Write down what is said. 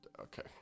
okay